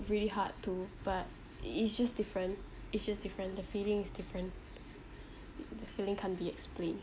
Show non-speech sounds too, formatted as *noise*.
really hard too but i~ it's just different it's just different the feeling is different *noise* the feeling can't be explained